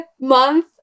month